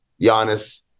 Giannis